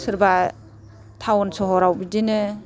सोरबा टाउन सहराव बिदिनो